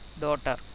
daughter